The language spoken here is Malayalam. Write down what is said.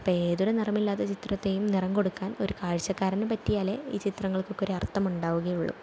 ഇപ്പം ഏതൊരു നിറമില്ലാത്ത ചിത്രത്തെയും നിറം കൊടുക്കാന് ഒരു കാഴ്ചക്കാരന് പറ്റിയാലേ ഈ ചിത്രങ്ങള്കൊക്കെ ഒരര്ത്ഥമുണ്ടാവുകയുള്ളു